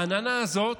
העננה הזאת